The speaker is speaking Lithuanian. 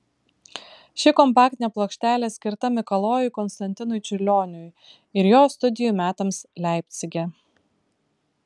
ši kompaktinė plokštelė skirta mikalojui konstantinui čiurlioniui ir jo studijų metams leipcige